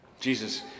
Jesus